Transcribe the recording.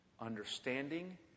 understanding